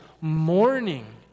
mourning